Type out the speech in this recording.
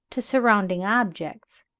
to surrounding objects,